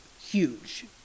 huge